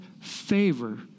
favor